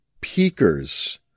peakers